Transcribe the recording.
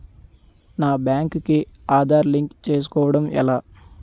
నా బ్యాంక్ కి ఆధార్ లింక్ చేసుకోవడం ఎలా?